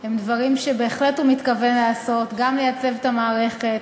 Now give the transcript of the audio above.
הם דברים שהוא בהחלט מתכוון לעשות: גם לייצב את המערכת,